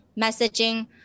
messaging